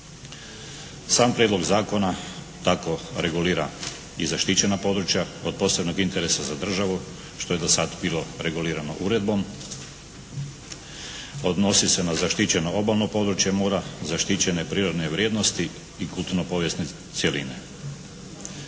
Sam Prijedlog zakona tako regulira i zaštićena područja od posebnog interesa za državu što je do sad bilo regulirano uredbom. Odnosi se na zaštićeno obalno područje mora, zaštićene prirodne vrijednosti i kulturno-povijesne cjeline